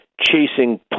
chasing